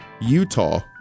Utah